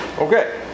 Okay